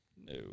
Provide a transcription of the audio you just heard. No